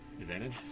Advantage